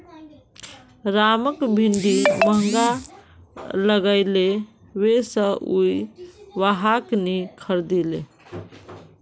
रामक भिंडी महंगा लागले वै स उइ वहाक नी खरीदले